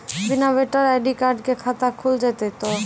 बिना voter ID card के खाता खुल जैते तो?